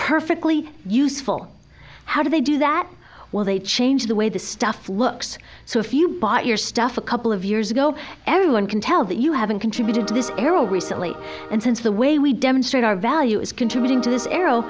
perfectly useful how do they do that while they change the way the stuff looks so if you bought your stuff a couple of years ago everyone can tell that you haven't contributed to this arrow recently and since the way we demonstrate value is contributing to this arrow